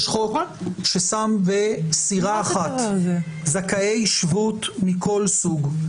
יש חוק ששם בסירה אחת זכאי שבות מכל סוג,